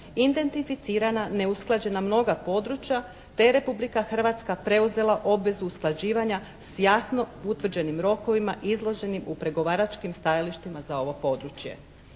identificirana neusklađena mnoga područja, te je Republika Hrvatska preuzela obvezu usklađivanja s jasno utvrđenim rokovima izloženim u pregovaračkim stajalištima za ovo područje.